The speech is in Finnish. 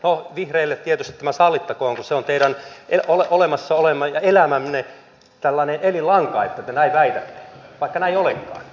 no vihreille tietysti tämä sallittakoon kun se on teidän olemassaolonne ja elämänne tällainen elinlanka että te näin väitätte vaikka näin ei olekaan